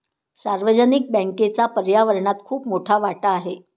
सार्वजनिक बँकेचा पर्यावरणात खूप मोठा वाटा आहे